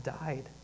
died